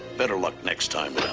better luck next time,